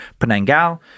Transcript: Penangal